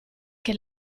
che